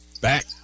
Back